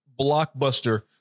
blockbuster